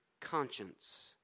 conscience